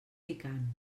picant